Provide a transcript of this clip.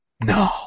No